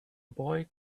boy